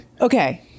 Okay